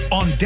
on